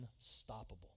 unstoppable